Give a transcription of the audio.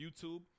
YouTube